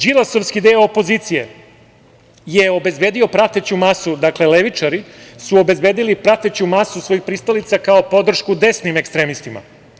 Đilasovski deo opozicije je obezbedio prateću masu, dakle levičari su obezbedili prateću masu svojih pristalica, kao podršku desnim ekstremistima.